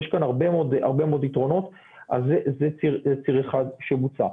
אז זה ציר אחד שבוצע.